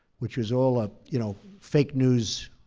which was all a you know fake news,